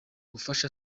gufasha